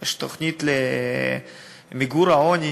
יש תוכנית למיגור העוני,